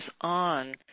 on